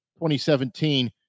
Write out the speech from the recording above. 2017